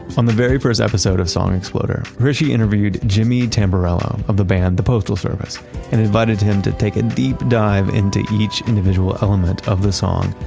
on the very first episode of song exploder, hrishi interviewed jimmy tamborello of the band the postal service and invited him to take a deep dive into each individual element of the song,